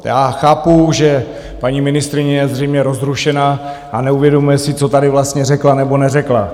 Já chápu, že paní ministryně je zřejmě rozrušená a neuvědomuje si, co tady vlastně řekla nebo neřekla.